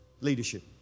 leadership